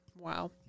Wow